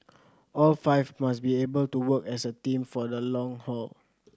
all five must be able to work as a team for the long haul